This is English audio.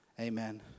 Amen